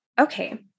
Okay